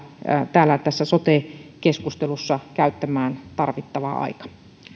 täällä tässä sote keskustelussa käyttämään tarvittava aika